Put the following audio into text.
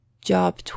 job